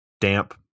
damp